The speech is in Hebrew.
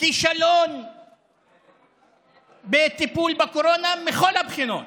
כישלון בטיפול בקורונה מכל הבחינות.